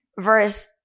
Verse